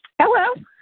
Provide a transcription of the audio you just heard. Hello